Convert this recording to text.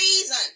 reason